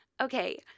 okay